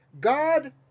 God